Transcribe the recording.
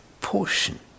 portion